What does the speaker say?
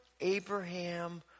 Abraham